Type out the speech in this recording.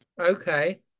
Okay